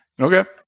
Okay